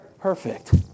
Perfect